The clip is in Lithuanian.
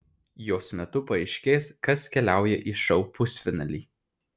jos metu paaiškės kas keliauja į šou pusfinalį